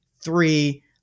three